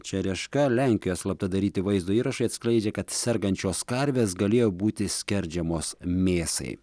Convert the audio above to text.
čereška lenkijos slapta daryti vaizdo įrašai atskleidžia kad sergančios karvės galėjo būti skerdžiamos mėsai